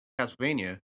Castlevania